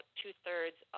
two-thirds